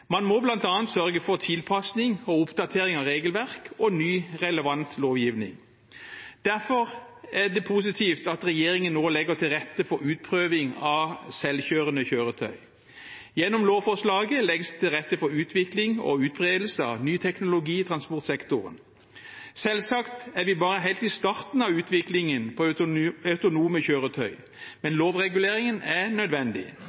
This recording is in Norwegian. Man må bl.a. sørge for tilpasning, for oppdatering av regelverk og ny, relevant lovgivning. Derfor er det positivt at regjeringen nå legger til rette for utprøving av selvkjørende kjøretøy. Gjennom lovforslaget legges det til rette for utvikling og utbredelse av ny teknologi i transportsektoren. Selvsagt er vi bare helt i starten av utviklingen av autonome kjøretøy, men lovreguleringen er nødvendig.